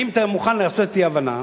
אם אתה מוכן לעשות אתי הבנה,